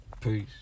Peace